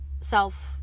self